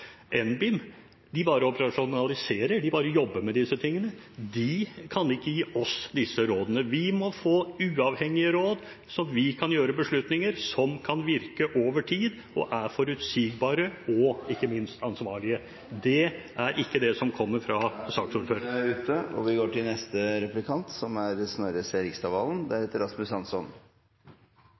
tingene. De kan ikke gi oss disse rådene. Vi må få uavhengige råd, slik at vi kan fatte beslutninger som kan virke over tid, og som er forutsigbare og ikke minst ansvarlige. Det er ikke det som kommer fra Dette er ikke første gang at det blir brukt som kritikk fra Høyres side mot et annet parti at man er